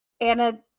anna